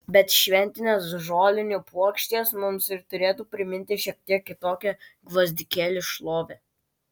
bet šventinės žolinių puokštės mums ir turėtų priminti šiek tiek kitokią gvazdikėlių šlovę